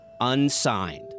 Unsigned